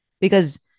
Because-